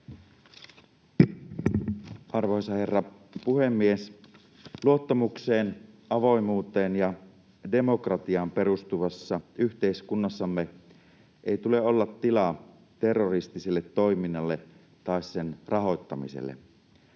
Arvoisa herra puhemies! Luottamukseen, avoimuuteen ja demokratiaan perustuvassa yhteiskunnassamme ei tule olla tilaa terroristiselle toiminnalle tai sen rahoittamiselle.